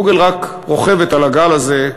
"גוגל" רק רוכבת על הגל הזה.